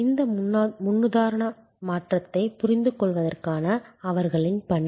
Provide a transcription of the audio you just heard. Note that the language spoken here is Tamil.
இந்த முன்னுதாரண மாற்றத்தைப் புரிந்துகொள்வதற்கான அவர்களின் பணி